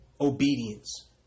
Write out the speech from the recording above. obedience